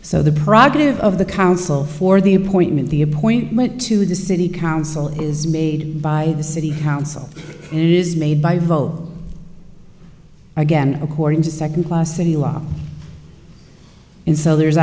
so the progress of the council for the appointment the appointment to the city council is made by the city council and it is made by vote again according to second class city law and so there